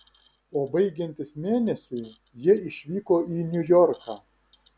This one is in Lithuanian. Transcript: o baigiantis mėnesiui jie išvyko į niujorką